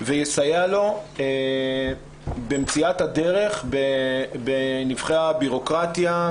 ויסייע לו במציאת הדרך בנבכי הבירוקרטיה,